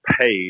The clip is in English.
paid